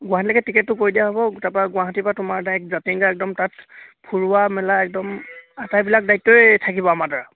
গুৱাহাটীলৈকে টিকেটটো কৰি দিয়া হ'ব তাৰপৰা গুৱাহাটীৰ পৰা তোমাৰ ডাইৰেক্ট জাতিংগা একদম তাত ফূৰোৱা মেলা একদম আটাইবিলাক দায়িত্বই থাকিব আমাৰ দ্বাৰা